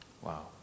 Wow